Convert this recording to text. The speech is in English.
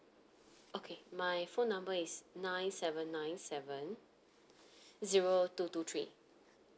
okay my phone number is nine seven nine seven zero two two three